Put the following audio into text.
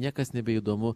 niekas nebeįdomu